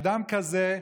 אדם כזה,